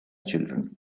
children